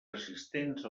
assistents